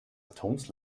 atoms